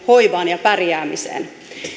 hoivaan ja pärjäämiseen